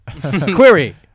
Query